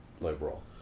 liberal